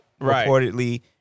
reportedly